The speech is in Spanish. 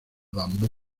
bambú